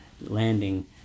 landing